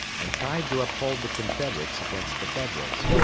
and tried to uphold the confederates against the federals,